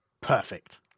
Perfect